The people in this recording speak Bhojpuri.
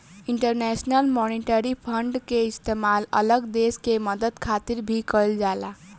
इंटरनेशनल मॉनिटरी फंड के इस्तेमाल अलग देश के मदद खातिर भी कइल जाला